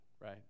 right